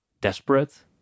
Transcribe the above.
desperate